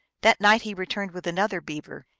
that night he returned with another beaver,